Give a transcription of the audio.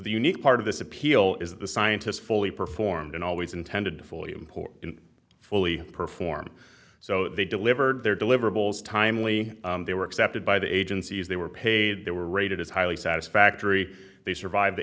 unique part of this appeal is the scientists fully performed and always intended to fully import in fully perform so they delivered their deliverables timely they were accepted by the agencies they were paid they were rated as highly satisfactory they survive the